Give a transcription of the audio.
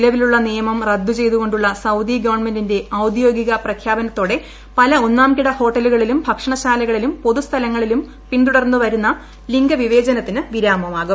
നിലവിലുളള നിയമം റദ്ദു ചെയ്തുകൊുളള സൌദി ഗവൺമെന്റിന്റെ ഔദ്യോഗിക പ്രഖ്യാപനത്തോടെ പല ഒന്നാംകിട ഹോട്ടലുകളിലും ഭക്ഷണശാലകളിലും പൊതുസ്ഥലങ്ങളിലും പിന്തുടർന്നു വരുന്ന വലിംഗവിവേചനത്തിന് വിരാമമാകും